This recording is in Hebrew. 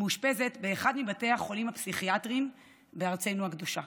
מאושפזת באחד מבתי החולים הפסיכיאטריים בארצנו הקדושה.